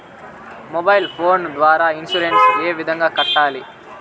mobile phone ద్వారా insurance ఏ విధంగా కట్టాలి